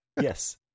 Yes